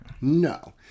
No